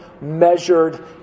measured